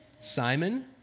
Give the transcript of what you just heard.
Simon